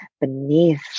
beneath